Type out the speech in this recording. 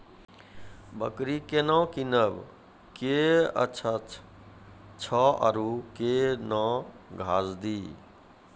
बकरी केना कीनब केअचछ छ औरू के न घास दी?